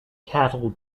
cattle